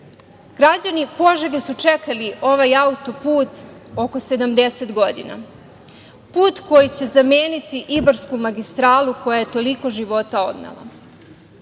građani Požege su čekali ovaj auto-put oko 70 godina, put koji će zameniti Ibarsku magistralu, koja je toliko života odnela.